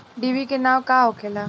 डिभी के नाव का होखेला?